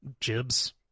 jibs